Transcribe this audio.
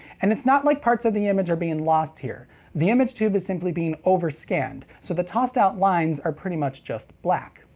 and it's not like parts of the image are being lost here the image tube is simply being overscanned, so the tossed out lines are pretty much just black.